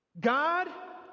God